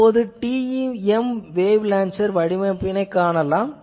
இப்போது TEM wave launcher வடிவமைப்பினைக் காணலாம்